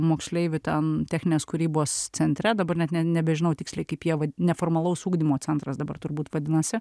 moksleivių ten techninės kūrybos centre dabar net ne nebežinau tiksliai kaip jie va neformalaus ugdymo centras dabar turbūt vadinasi